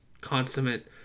consummate